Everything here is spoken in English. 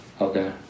Okay